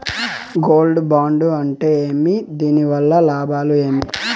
Gold bond అంటే ఏమి? దీని వల్ల లాభాలు ఏమి?